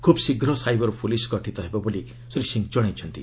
ଖୁବ୍ ଶୀଘ୍ର cyber police ଗଠିତ ହେବ ବୋଲି ଶ୍ରୀ ସିଂ ଜଣାଇଛନ୍ତି